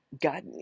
God